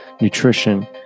nutrition